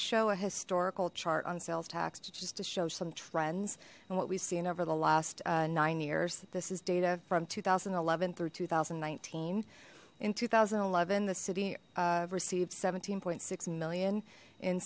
show a historical chart on sales tax just to show some trends and what we've seen over the last nine years this is data from two thousand and eleven through two thousand and nineteen in two thousand and eleven the city received seventeen point six million in